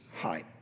high